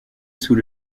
sous